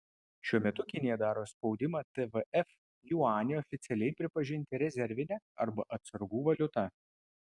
šiuo metu kinija daro spaudimą tvf juanį oficialiai pripažinti rezervine arba atsargų valiuta